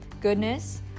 Goodness